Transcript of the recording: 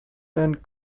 and